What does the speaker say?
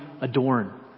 adorn